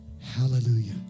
Hallelujah